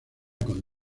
con